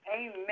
Amen